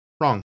Wrong